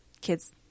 kids